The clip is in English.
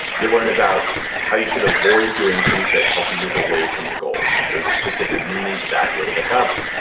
you'll learn about how you should avoid doing things that help you move away from your goals and there's a specific meaning to that you'll pick up.